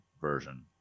version